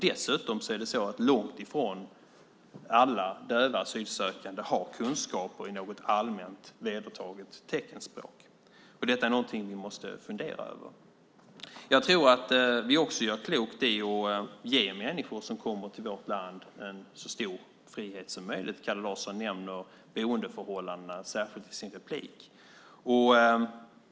Dessutom är det så att långt ifrån alla döva asylsökande har kunskaper i något allmänt vedertaget teckenspråk. Detta är någonting som vi måste fundera över. Jag tror att vi också gör klokt i att ge människor som kommer till vårt land en så stor frihet som möjligt. Kalle Larsson nämnde särskilt boendeförhållandena i sitt inlägg.